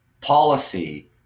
policy